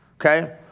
Okay